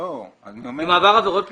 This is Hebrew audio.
אם הוא עבר עבירות פליליות,